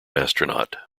astronaut